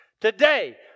today